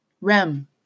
rem